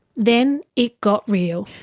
then it got real.